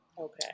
Okay